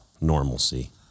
normalcy